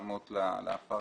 להציג את זה בתוך כל מסמך.